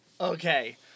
Okay